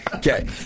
Okay